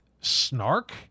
snark